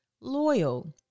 loyal